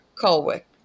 Colwick